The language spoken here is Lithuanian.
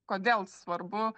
kodėl svarbu